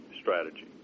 strategy